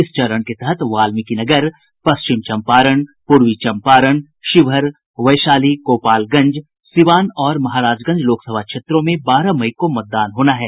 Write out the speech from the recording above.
इस चरण के तहत वात्मिकीनगर पश्चिम चंपारण पूर्वी चंपारण शिवहर वैशाली गोपालगंज सीवान और महाराजगंज लोकसभा क्षेत्रों में बारह मई को मतदान होना है